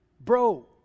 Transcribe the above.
bro